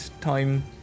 time